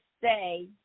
say